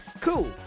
Cool